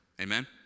Amen